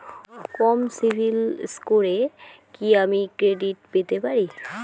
কম CIBIL স্কোরে কি আমি ক্রেডিট পেতে পারি?